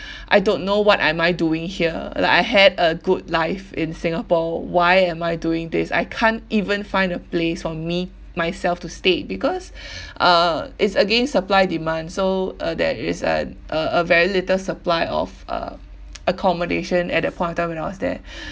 I don't know what am I doing here like I had a good life in singapore why am I doing this I can't even find a place for me myself to stay because uh it's again supply demand so uh there is uh a very little supply of uh accommodation at that point of time when I was there